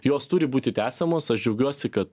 jos turi būti tęsiamos aš džiaugiuosi kad